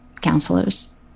counselors